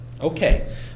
okay